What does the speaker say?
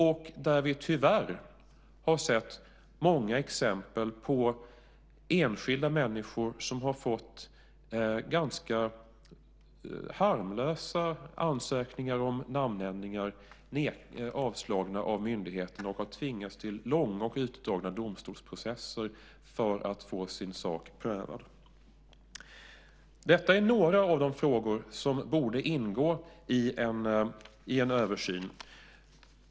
Vi har tyvärr sett många exempel på att enskilda människor har fått ganska harmlösa ansökningar om namnändringar avslagna av myndigheter och tvingats till långa och utdragna domstolsprocesser för att få sin sak prövad. Detta är några av de frågor som borde ingå i en översyn.